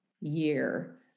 year